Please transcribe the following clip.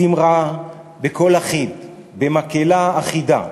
זימרה בקול אחיד, במקהלה אחידה,